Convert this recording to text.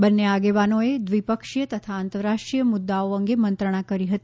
બંને આગેવાનોએ દ્વિપક્ષીય તથા આંતરરાષ્ટ્રીય મુદ્દાઓ અંગે મંત્રણા કરી હતી